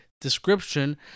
description